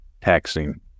taxing